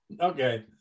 Okay